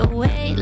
Away